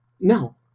Now